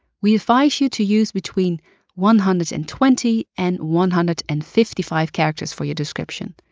we advise you to use between one hundred and twenty and one hundred and fifty five characters for your description.